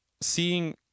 seeing